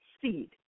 seed